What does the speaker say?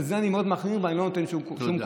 בזה אני מאוד מחמיר ואני לא נותן שום קוּלות.